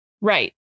Right